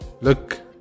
look